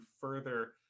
further